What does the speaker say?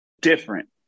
different